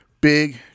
Big